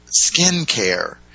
skincare